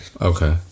okay